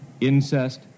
incest